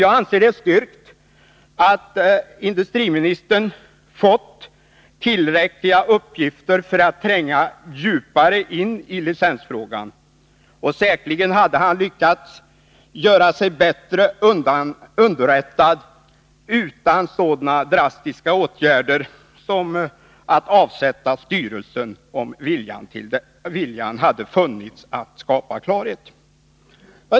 Jag anser det vara styrkt att industriministern fått tillräckliga uppgifter för att kunna tränga djupare in i licensfrågan. Säkerligen hade han lyckats göra sig bättre underrättad utan så drastiska åtgärder som att avsätta styrelsen, om viljan hade funnits att skapa klarhet i frågan.